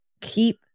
keep